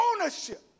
ownership